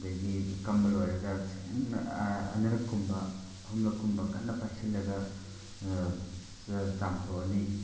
ꯑꯗꯒꯤ ꯀꯝꯕ ꯂꯣꯏꯔꯒ ꯁꯦꯡꯅ ꯑꯅꯤꯔꯛ ꯀꯨꯝꯕ ꯑꯍꯨꯝꯂꯛ ꯀꯨꯝꯕ ꯀꯟꯅ ꯄꯥꯏꯁꯤꯜꯂꯒ ꯆꯥꯝꯊꯣꯛꯑꯅꯤ